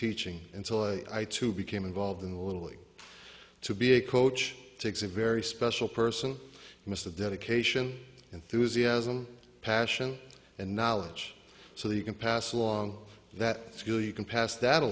teaching and so i too became involved in the little league to be a coach takes a very special person mr dedication enthusiasm passion and knowledge so you can pass along that feel you can pass that